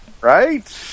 Right